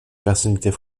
personnalités